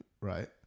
right